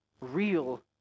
real